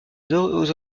deux